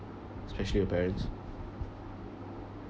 especially your parents